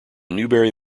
newberry